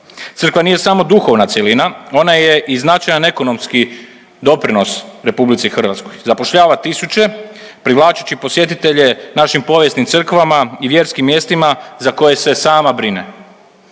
Crkva nije samo duhovna cjelina, ona je i značajan ekonomski doprinos RH, zapošljava tisuće, privlačeći posjetitelje našim povijesnim crkvama i vjerskim mjestima za koje se sama brine.